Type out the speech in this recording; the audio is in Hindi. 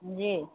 जी